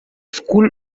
school